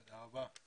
תודה רבה.